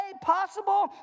possible